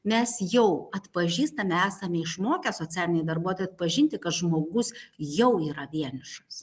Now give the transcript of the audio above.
mes jau atpažįstame esame išmokę socialiniai darbuotojai atpažinti kad žmogus jau yra vienišas